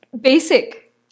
basic